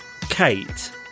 Kate